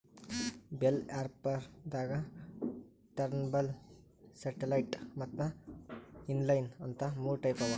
bell wrapper ದಾಗಾ turntable satellite ಮತ್ತ್ inline ಅಂತ್ ಮೂರ್ ಟೈಪ್ ಅವಾ